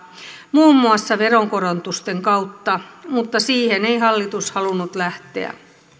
muun muassa veronkorotusten kautta mutta siihen ei hallitus halunnut lähteä